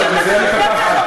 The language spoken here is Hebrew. כמו שהבטחתם,